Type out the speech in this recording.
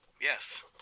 Yes